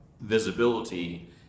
visibility